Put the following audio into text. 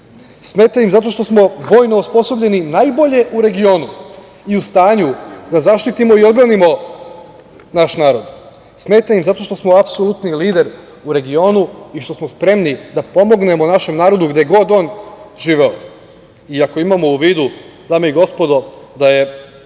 smeta ima zato što smo vojno osposobljeni najbolje u regionu i u stanju da zaštitimo i odbranimo naš narod. Smeta im zato što smo apsolutni lider u regionu i što smo spremni da pomognemo našem narodu gde god on živeo. Ako imamo u vidu, dame i gospodo, da je